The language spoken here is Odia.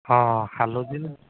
ହଁ ହାଲୋଜିନ୍